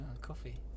coffee